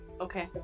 Okay